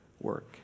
work